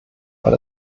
weil